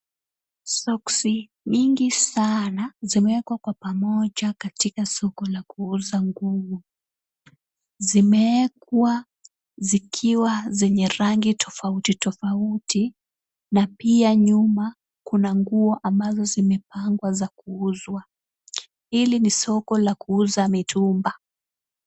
Soksi mingi sana zimewekwa kwa pamoja katika soko la kuuza nguo. Zimewekwa zikiwa zenye rangi tofauti tofauti na pia nyuma kuna nguo ambazo zimepangwa za kuuzwa. Hili ni soko la kuuza mitumba .